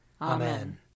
Amen